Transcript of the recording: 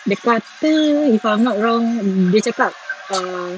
dia kata if I'm not wrong dia cakap err